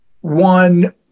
one